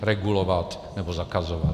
Regulovat, nebo zakazovat.